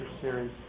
series